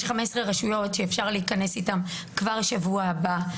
יש 15 רשויות שאפשר להיכנס אליהן כבר בשבוע הבא,